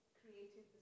created